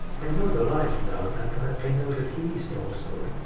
i know the lives now, and i know the keys also.